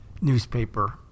newspaper